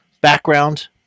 background